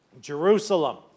Jerusalem